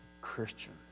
Christian